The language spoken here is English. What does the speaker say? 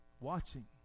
watching